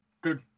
good